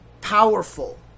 powerful